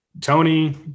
Tony